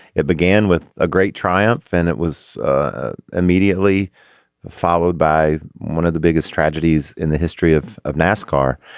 it began with a great triumph and it was ah immediately followed by one of the biggest tragedies in the history of of nascar.